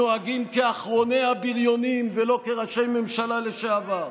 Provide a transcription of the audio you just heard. והם נוהגים כאחרוני הבריונים ולא כראשי ממשלה לשעבר.